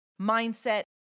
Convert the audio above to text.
mindset